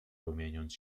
rumieniąc